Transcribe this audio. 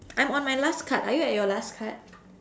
I'm on my last card are you at your last card